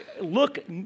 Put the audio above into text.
look